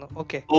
okay